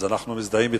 אז אנחנו מזדהים אתך.